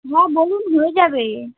হ্যাঁ বলুন হয়ে যাবে